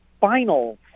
final